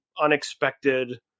unexpected